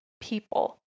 people